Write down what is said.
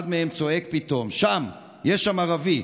אחד מהם צועק פתאום: שם, יש שם ערבי.